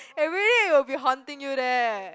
everybody will be haunting you there